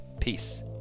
Peace